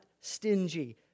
stingy